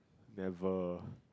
never